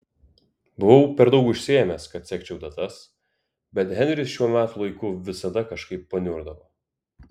buvau per daug užsiėmęs kad sekčiau datas bet henris šiuo metų laiku visada kažkaip paniurdavo